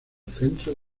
centro